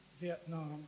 Vietnam